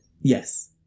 Yes